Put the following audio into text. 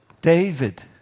David